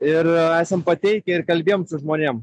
ir esam pateikę ir kalbėjom žmonėm